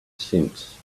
since